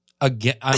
Again